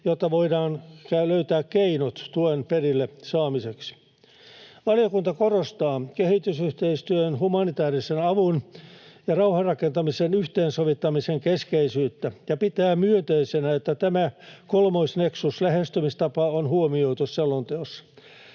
jotta voidaan löytää keinot tuen perille saamiseksi. Valiokunta korostaa kehitysyhteistyön, humanitäärisen avun ja rauhanrakentamisen yhteensovittamisen keskeisyyttä ja pitää myönteisenä, että tämä kolmoisneksus-lähestymistapa on huomioitu selonteossa.